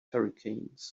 hurricanes